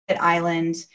island